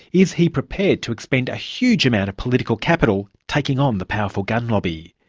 is he prepared to expend a huge amount of political capital taking on the powerful gun lobby?